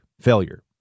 failure